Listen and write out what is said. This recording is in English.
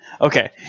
Okay